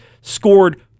scored